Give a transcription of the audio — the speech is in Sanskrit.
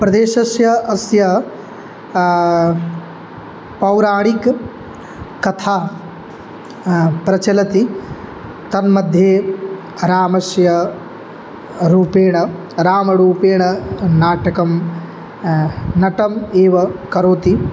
प्रदेशस्य अस्य पौराणिककथा प्रचलति तन्मध्ये रामस्य रूपेण रामरूपेण नाटकं नटः एव करोति